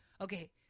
Okay